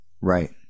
Right